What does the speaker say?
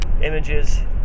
Images